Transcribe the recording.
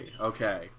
okay